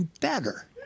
better